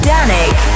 Danik